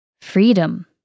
Freedom